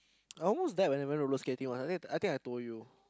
I almost died when I went roller skating once I think I think I told you